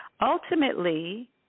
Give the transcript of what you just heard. Ultimately